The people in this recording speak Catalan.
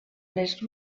les